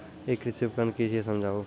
ई कृषि उपकरण कि छियै समझाऊ?